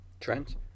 Trent